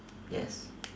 yes